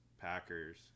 Packers